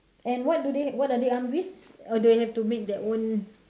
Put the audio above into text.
and what do they what are they armed with or they have to make their own